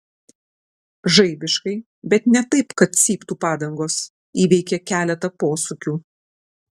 žaibiškai bet ne taip kad cyptų padangos įveikė keletą posūkių